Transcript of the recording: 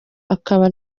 akaba